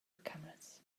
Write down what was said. cameras